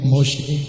Moshe